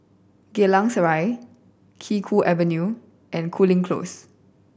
Geylang Serai Kee Choe Avenue and Cooling Close